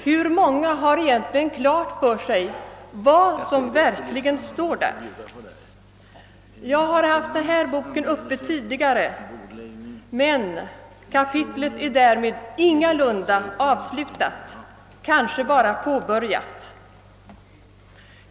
Hur många har egentligen klart för sig vad som verkligen står där? Jag har tidigare haft denna bok uppe till diskussion, men kapitlet är därmed ingalunda avslutat, kanske bara påbörjat.